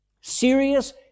Serious